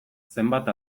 zenbat